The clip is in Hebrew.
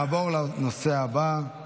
להלן תוצאות ההצבעה: